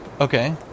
Okay